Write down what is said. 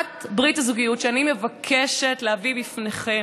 הצעת ברית הזוגיות שאני מבקשת להביא בפניכם,